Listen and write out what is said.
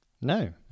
No